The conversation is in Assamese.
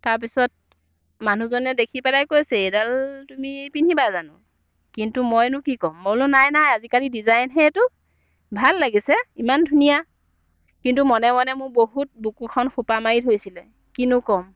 তাৰ পিছত মানুহজনে দেখি পেলাই কৈছে এইডাল তুমি পিন্ধিবা জানো কিন্তু মইনো কি ক'ম মই বোলো নাই নাই আজিকালি ডিজাইনহে এইটো ভাল লাগিছে ইমান ধুনীয়া কিন্তু মনে মনে মোৰ বহুত বুকুখন সোপা মাৰি ধৰিছিলে কিনো ক'ম